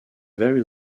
very